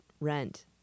rent